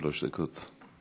שלוש דקות.